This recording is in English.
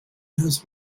has